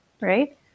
right